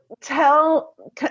tell